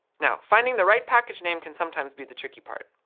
now, finding the right package name can sometimes be the tricky part.